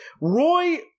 Roy –